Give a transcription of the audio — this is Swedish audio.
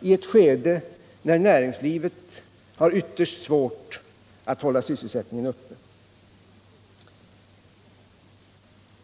i ett skede när näringslivet har ytterst svårt att hålla sysselsättningen uppe.